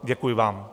Děkuji vám.